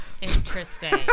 Interesting